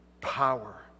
power